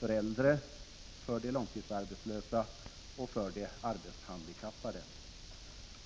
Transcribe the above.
äldre, långtidsarbetslösa och arbetshandikappade.